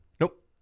Nope